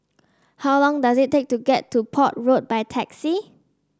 how long does it take to get to Port Road by taxi